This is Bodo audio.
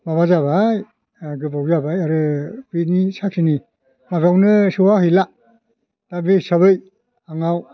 माबाजाबाय गोबाव जाबाय आरो बेनि साख्रिनि माबायावनो सौहाहैला दा बे हिसाबै आंनाव